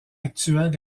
actuel